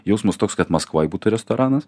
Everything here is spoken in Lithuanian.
jausmas toks kad maskvoj būtų restoranas